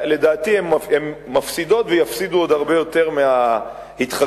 לדעתי הן מפסידות ויפסידו עוד הרבה יותר מההתחכמות